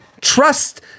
Trust